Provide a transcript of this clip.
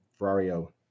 Ferrario